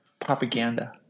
propaganda